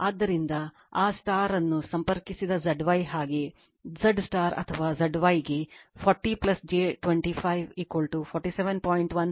ಆದ್ದರಿಂದ ಆ ನಕ್ಷತ್ರವನ್ನು ಸಂಪರ್ಕಿಸಿದ Z y ಹಾಗೆ Z ಸ್ಟಾರ್ ಅಥವಾ Z y ಗೆ 40 j 25 47